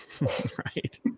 Right